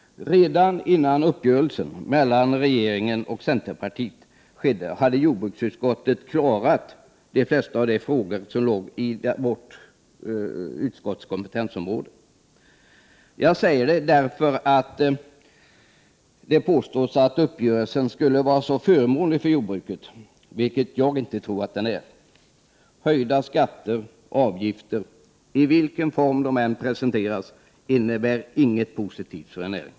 Redan innan uppgörelsen mellan regeringen och centerpartiet skedde, hade jordbruksutskottet klarat de flesta av de frågor som låg inom vårt utskotts kompetensområde. Detta säger jag därför att det påstås att uppgörelsen skulle vara så förmånlig för jordbruket, vilket jag inte tror att den är. Höjda skatter och avgifter, i vilken form de än presenteras, innebär inget positivt för en näring.